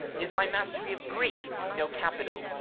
is my mastery of greek no capital?